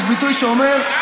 יש ביטוי שאומר,